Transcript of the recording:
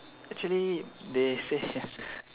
actually they say